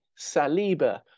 saliba